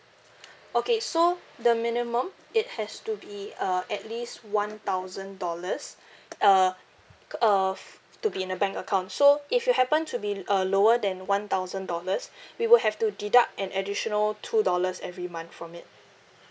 okay so the minimum it has to be uh at least one thousand dollars uh of to be in a bank account so if you happen to be uh lower than one thousand dollars we will have to deduct an additional two dollars every month from it